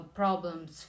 problems